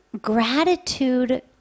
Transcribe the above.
gratitude